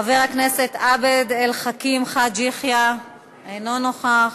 חבר הכנסת עבד אל חכים חאג' יחיא, אינו נוכח.